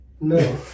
No